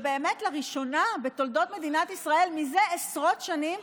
ובאמת לראשונה בתולדות מדינת ישראל זה עשרות שנים,